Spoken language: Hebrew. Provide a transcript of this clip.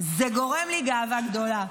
זה גורם לי גאווה גדולה.